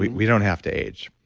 we we don't have to age.